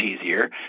easier